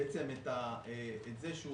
את זה שהוא